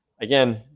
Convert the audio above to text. again